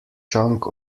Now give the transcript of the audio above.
chunk